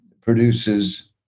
produces